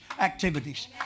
activities